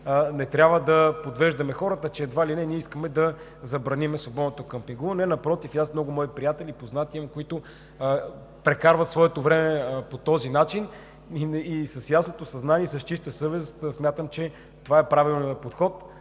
не трябва да подвеждаме хората, че едва ли не ние искаме да забраним свободното къмпингуване. Напротив, имам много приятели и познати, които прекарват своето време по този начин и с ясното съзнание и с чиста съвест смятам, че това е правилният подход.